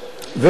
ולכן,